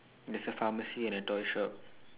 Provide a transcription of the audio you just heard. there's a pharmacy and a toy shop